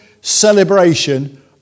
celebration